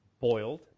boiled